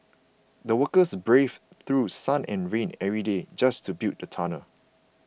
the workers braved through sun and rain every day just to build the tunnel